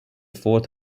fourth